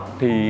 thì